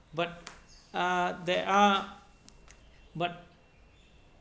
but uh there are but